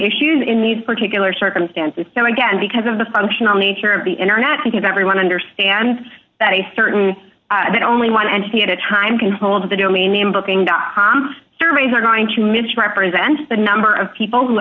issues in these particular circumstances so again because of the functional nature of the internet because everyone understands that a certain that only one and he at a time can hold the domain name booking dot com surveys are going to misrepresent the number of people who